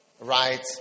Right